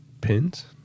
pins